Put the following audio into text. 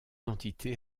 entités